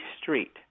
street